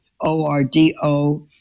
O-R-D-O